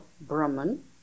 Brahman